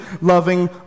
loving